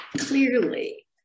clearly